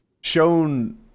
shown